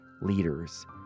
leaders